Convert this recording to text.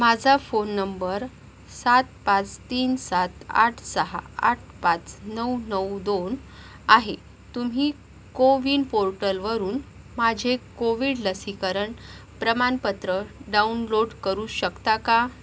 माझा फोन नंबर सात पाच तीन सात आठ सहा आठ पाच नऊ नऊ दोन आहे तुम्ही कोविन पोर्टलवरून माझे कोविड लसीकरण प्रमाणपत्र डाउनलोड करू शकता का